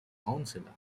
councillor